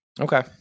Okay